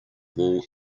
wall